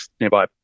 nearby